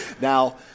Now